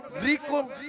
rico